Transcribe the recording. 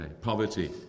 poverty